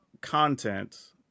content